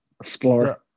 Explore